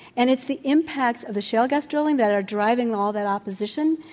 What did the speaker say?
and it's the impacts of the shale gas drilling that are driving all that opposition,